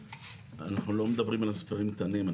אנחנו לא מדברים על מספרים קטנים,